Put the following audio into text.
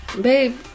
Babe